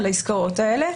על העסקאות האלה.